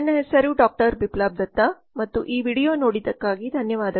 ನನ್ನಹೆಸರು Dr Biplab Datta ಮತ್ತು ಈ video ನೋಡಿದ್ದಕ್ಕಾಗಿ ಧನ್ಯವಾದಗಳು